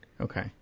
Okay